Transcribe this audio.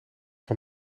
van